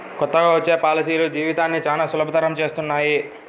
కొత్తగా వచ్చే పాలసీలు జీవితాన్ని చానా సులభతరం చేస్తున్నాయి